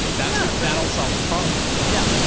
that'll ah that'll solve the problem. yeah,